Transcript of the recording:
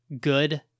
good